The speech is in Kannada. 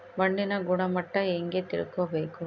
ಮಣ್ಣಿನ ಗುಣಮಟ್ಟ ಹೆಂಗೆ ತಿಳ್ಕೊಬೇಕು?